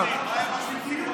מה עם הסוסים באורווה?